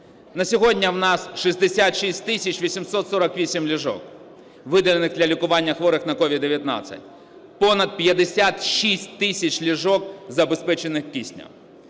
На сьогодні в нас 66 тисяч 848 ліжок, виділених для лікування хворих на COVID-19, понад 56 тисяч ліжок забезпечених киснем.